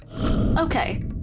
Okay